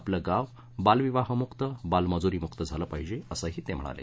आपलं गाव बालविवाह मुक्त बालमजुरीमुक्त झालं पाहीजे असंही ते म्हणाले